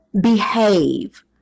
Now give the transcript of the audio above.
behave